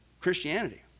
Christianity